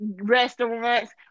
restaurants